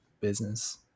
business